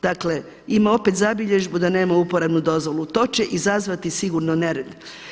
Dakle, ima opet zabilježbu da nema uporabnu dozvolu, to će izazvati sigurno nered.